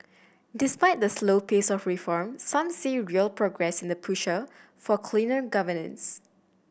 despite the slow pace of reform some see real progress in the push a for cleaner governance